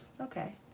okay